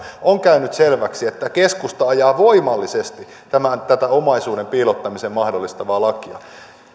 on käynyt selväksi että keskusta ajaa voimallisesti tätä omaisuuden piilottamisen mahdollistavaa lakia